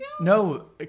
No